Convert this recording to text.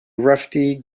rusty